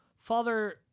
Father